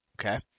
Okay